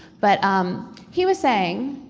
but um he was saying,